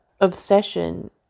obsession